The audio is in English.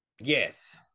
yes